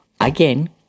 again